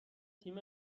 تیم